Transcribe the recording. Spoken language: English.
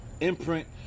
Imprint